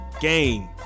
game